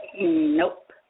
Nope